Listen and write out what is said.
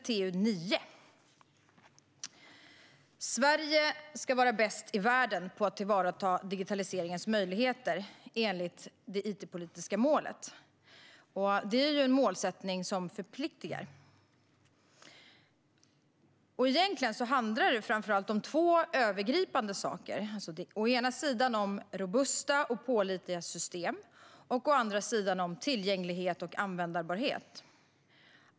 Sverige ska, enligt det it-politiska målet, vara bäst i världen på att tillvarata digitaliseringens möjligheter. Det är en målsättning som förpliktar. Egentligen handlar det framför allt om två övergripande saker: å ena sidan om robusta och pålitliga system, å andra sidan om tillgänglighet och användbarhet.